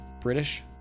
British